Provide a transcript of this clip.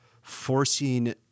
forcing